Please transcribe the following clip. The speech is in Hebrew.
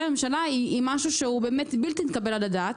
הממשלה היא משהו שהוא בלתי מתקבל על הדעת.